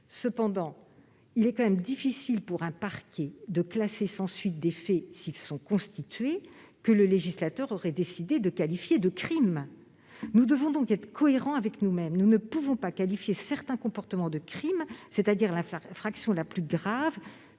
Cependant, il est difficile pour un parquet de classer sans suite des faits, s'ils sont constitués, que le législateur aurait décidé de qualifier de crimes. Nous devons donc être cohérents avec nous-mêmes : nous ne pouvons pas qualifier certains comportements de crime, qui est l'infraction la plus grave,